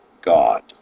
God